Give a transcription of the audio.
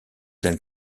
del